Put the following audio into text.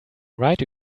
write